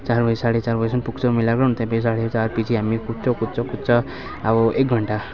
चार बजी साँढे चार बजीसम्म पुग्छ मेला ग्राउन्ड त्यहाँपछि साँढे चार पछि हामी कुद्छौँ कुद्छौँ कुद्छ अब एक घन्टा